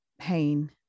pain